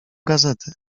gazety